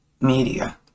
media